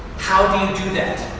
how do you do that?